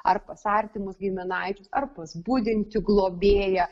ar pas artimus giminaičius ar pas budintį globėją